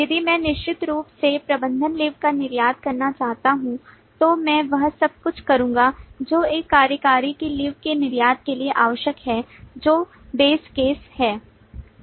यदि मैं निश्चित रूप से प्रबंधक लीव का निर्यात करना चाहता हूं तो मैं वह सब कुछ करूंगा जो एक कार्यकारी की लीव के निर्यात के लिए आवश्यक है जो baseकेस है